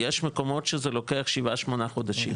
יש מקומות שזה לוקח שבעה-שמונה חודשים.